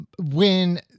When-